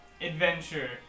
adventure